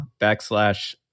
backslash